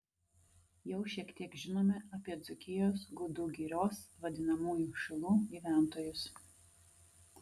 jau šiek tiek žinome apie dzūkijos gudų girios vadinamųjų šilų gyventojus